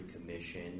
Commission